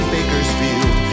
Bakersfield